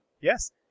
Yes